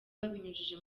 babinyujije